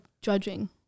judging